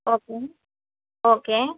okay okay